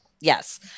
yes